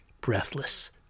Breathless